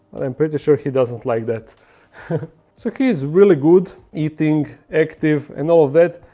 i'm pretty sure he doesn't like that so he is really good eating active and all of that,